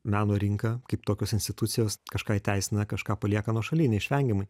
meno rinka kaip tokios institucijos kažką įteisina kažką palieka nuošaly neišvengiamai